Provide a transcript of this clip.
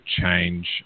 change